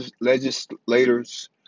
legislators